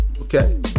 okay